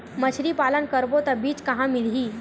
मछरी पालन करबो त बीज कहां मिलही?